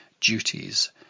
duties